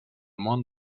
món